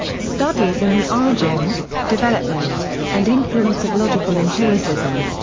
studies in the origins, development, and influence of logical empiricism.